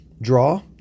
draw